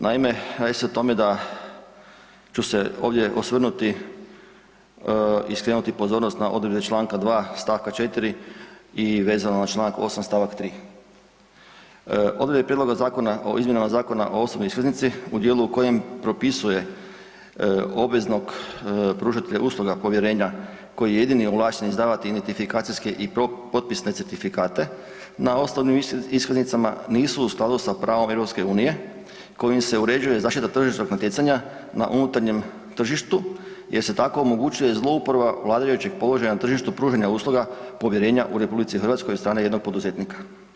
Naime radi se o tome da ću se ovdje osvrnuti i skrenuti pozornost na odredbe članka 2. stavka 4. i vezano na članak 8. stavak 3. Odredbe Prijedloga zakona o izmjenama Zakona o osobnoj iskaznici u dijelu u kojem propisuje obveznog pružatelja usluga povjerenja koji je jedini ovlašteni izdavati identifikacijske i potpisne certifikate na osobnim iskaznicama nisu u skladu sa pravom Europske unije kojim se uređuje zaštita tržišnog natjecanja na unutarnjem tržištu jer se tako omogućuje zlouporaba vladajućeg položaja na tržištu pružanja usluga povjerenja u Republici Hrvatskoj od strane jednog poduzetnika.